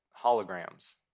holograms